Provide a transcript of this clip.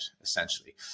essentially